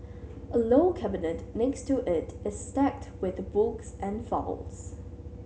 a low cabinet next to it is stacked with books and files